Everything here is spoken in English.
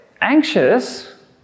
anxious